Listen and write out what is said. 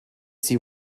see